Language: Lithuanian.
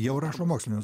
jau mokslinius